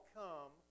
come